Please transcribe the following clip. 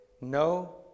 No